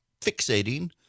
fixating